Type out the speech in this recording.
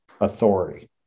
authority